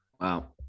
wow